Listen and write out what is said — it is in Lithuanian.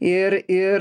ir ir